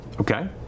Okay